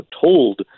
told